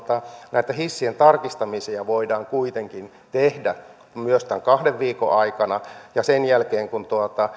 näitä hissien tarkistamisia voidaan kuitenkin tehdä myös tämän kahden viikon aikana ja sen jälkeen kun